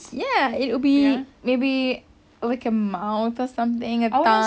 ya it would be maybe like a mouth or something a tongue